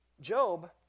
Job